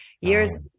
years